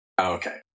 Okay